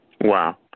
Wow